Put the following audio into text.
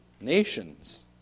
nations